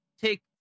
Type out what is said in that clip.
take